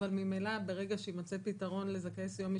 אבל ממילא, ברגע שיימצא פתרון לזכאי סיוע משפטי,